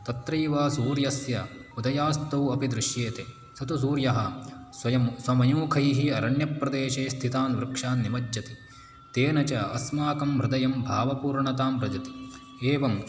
तत्रैव सूर्यस्य उदयास्तमौ दृश्येते स तु सूर्यः स्वयं स्वमयूखैः अरण्यप्रदेशे स्थितान् वृक्षान् निमज्जति तेन च अस्माकं हृदयं भावपूर्णतां भजति एवं